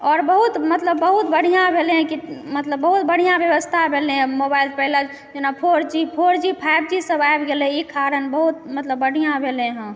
आओर बहुत मतलब बहुत बढ़िआँ भेलय हँ कि मतलब बहुत बढ़िआँ व्यवस्था भेलय हँ मोबाइल पहिले जेना four G four G five G सभ आबि गेलय एहि कारण बहुत मतलब बढ़िआँ भेलय हँ